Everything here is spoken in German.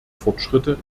fortschritte